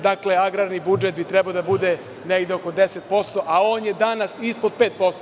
Dakle, agrarni budžet bi trebalo da bude negde oko 10%, a on je danas ispod 5%